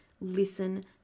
listen